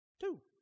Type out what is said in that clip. Two